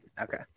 Okay